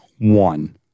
one